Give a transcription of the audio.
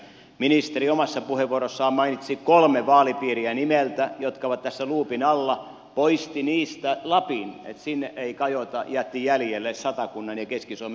ministeri omassa puheenvuorossaan mainitsi nimeltä kolme vaalipiiriä jotka ovat tässä luupin alla poisti niistä lapin että sinne ei kajota jätti jäljelle satakunnan ja keski suomen